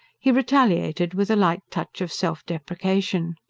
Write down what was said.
he retaliated with a light touch of self-depreciation.